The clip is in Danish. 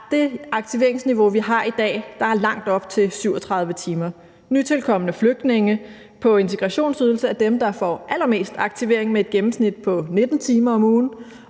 det aktiveringsniveau, vi har i dag, er der langt op til 37 timer. Nytilkomne flygtninge på integrationsydelse er dem, der får allermest aktivering med et gennemsnit på 19 timer om ugen,